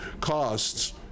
costs